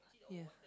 yes